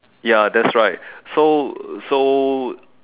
ya that's right so so